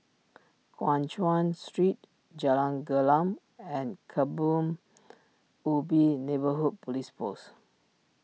Guan Chuan Street Jalan Gelam and Kebun Ubi Neighbourhood Police Post